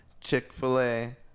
Chick-fil-A